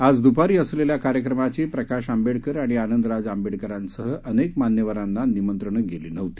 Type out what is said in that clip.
आज दुपारी असलेल्या कार्यक्रमाची प्रकाश आंबेडकर आणि आनंदराज आंबेडकरासह अनेक मान्यवरांना निमंत्रणंच गेली नव्हती